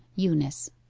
eunice.